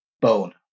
bone